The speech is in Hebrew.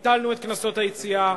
ביטלנו את קנסות היציאה,